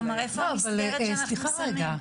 כלומר איפה המסגרת שאנחנו שמים?